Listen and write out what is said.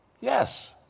Yes